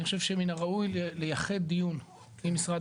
אני חושב שמן הראוי לייחד דיון עם משרד